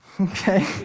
okay